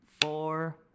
four